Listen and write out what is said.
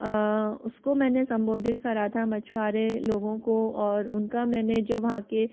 उसको मैंने संबोधित करा था मछुआरे लोगों को और उनका मैंने जो वहाँ के